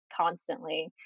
constantly